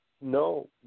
No